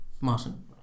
Martin